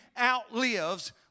outlives